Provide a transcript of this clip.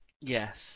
Yes